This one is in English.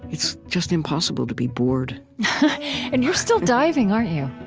it's just impossible to be bored and you're still diving, aren't you?